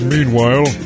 Meanwhile